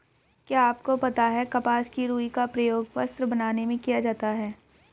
क्या आपको पता है कपास की रूई का प्रयोग वस्त्र बनाने में किया जाता है?